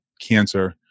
cancer